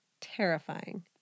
Terrifying